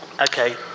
Okay